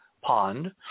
pond